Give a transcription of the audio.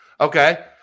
Okay